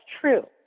true